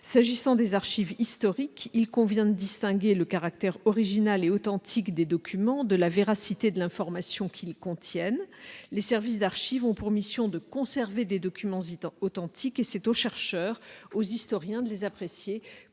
s'agissant des archives historiques, il convient de distinguer le caractère original et authentique des documents de la véracité de l'information qu'ils contiennent les services d'archives ont pour mission de conserver des documents citant authentique et c'est aux chercheurs, aux historiens de les apprécier